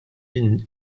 min